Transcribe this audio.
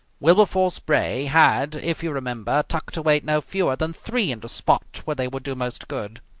wilberforce bray had, if you remember, tucked away no fewer than three in the spot where they would do most good.